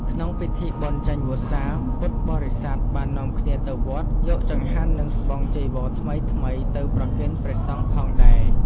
ក្នុងពិធីបុណ្យចេញវស្សា ពុទ្ធបរិស័ទបាននាំគ្នាទៅវត្ត យកចង្ហាន់និងស្បង់ចីវរថ្មីៗទៅប្រគេនព្រះសង្ឃផងដែរ។